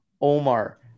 Omar